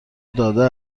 داده